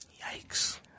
Yikes